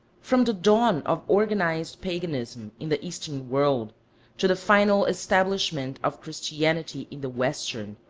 from the dawn of organized paganism in the eastern world to the final establishment of christianity in the western,